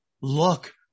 look